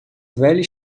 velha